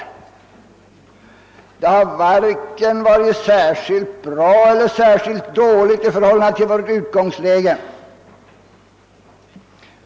Det är varken särskilt bra eller särskilt dåligt i förhållande till vårt utgångsläge.